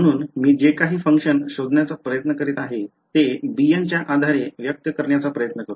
म्हणून मी जे काही function शोधण्याचा प्रयत्न करीत आहे ते bnच्या आधारे व्यक्त करण्याचा प्रयत्न करू